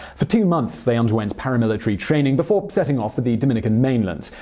for two months they underwent paramilitary training before setting ah for the dominican mainland.